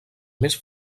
més